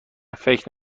فکر